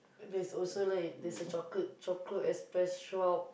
that's also like that's a Chocolate Chocolate-Express shop